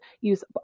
use